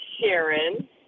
Sharon